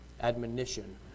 Admonition